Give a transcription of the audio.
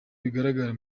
bigaragara